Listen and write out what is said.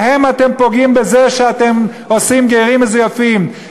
בהם אתם פוגעים בזה שאתם עושים גרים מזויפים.